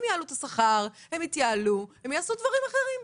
הם יעלו את השכר, הם יתייעלו, יעשו דברים אחרים.